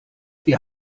wir